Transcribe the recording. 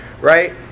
right